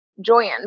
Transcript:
join